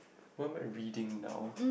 what am I reading now